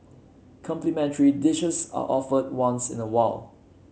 complimentary dishes are offered once in a while